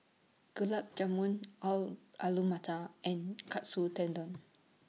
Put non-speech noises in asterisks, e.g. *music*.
Gulab Jamun *unintelligible* Alu Matar and Katsu Tendon